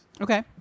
Okay